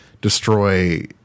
destroy